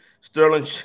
Sterling